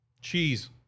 Cheese